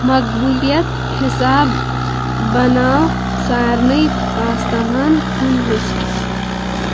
مقبوٗلیت حِساب بناو سارِنٕے پاستاہن ہُنٛد لِسٹ